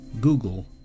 Google